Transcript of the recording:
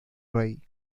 rey